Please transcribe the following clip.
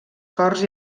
cors